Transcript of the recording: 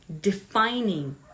defining